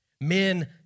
Men